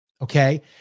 Okay